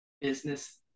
business